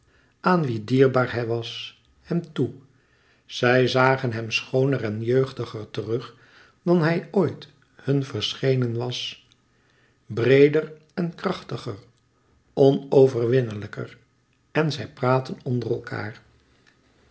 aan wie dierbaar hij was hem toe zij zagen hem schooner en jeugdiger terug dan hij ooit hun verschenen was breeder en krachtiger onoverwinlijker en zij praatten onder elkaâr